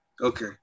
Okay